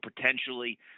potentially